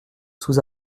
sous